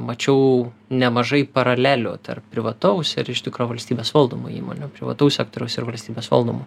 mačiau nemažai paralelių tarp privataus ir iš tikro valstybės valdomų įmonių privataus sektoriaus ir valstybės valdomų